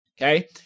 Okay